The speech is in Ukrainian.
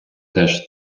теж